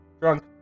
Drunk